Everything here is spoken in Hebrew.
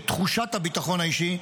את תחושת הביטחון האישי,